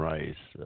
Rice